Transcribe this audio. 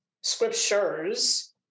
scriptures